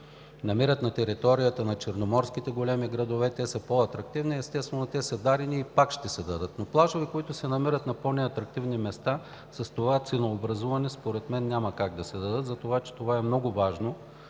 намират на територията на черноморските големи градове, те са по-атрактивни и, естествено, те са дадени и пак ще се дадат. Но плажове, които се намират на по-неатрактивни места, с това ценообразуване според мен няма как да се дадат, затова че това е много важно